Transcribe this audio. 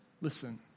Listen